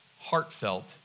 heartfelt